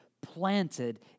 planted